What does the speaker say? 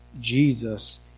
Jesus